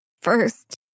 first